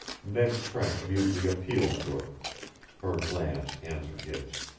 ned trent mutely appealed to her her glance answered his.